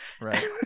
right